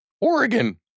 Oregon